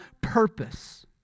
purpose